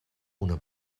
una